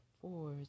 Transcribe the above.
four